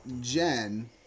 Jen